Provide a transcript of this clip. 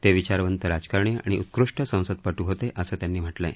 ते विचारवंत राजकारणी आणि उत्कृष्ट संसदपटू होते असं त्यांनी म्हटलंय